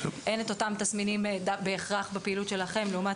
אין את אותם תסמינים בהכרח בפעילות שלכם לעומת